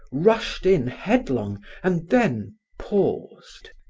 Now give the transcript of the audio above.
rushed in headlong and then paused.